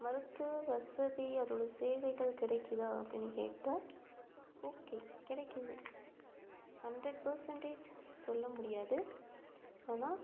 மருத்துவ வசதி அதோட சேவைகள் கிடைக்குதா அப்படின்னு கேட்டால் ஓகே கெடைக்குது ஹண்ட்ரட் பெர்செண்டேஜ் சொல்ல முடியாது ஆனால்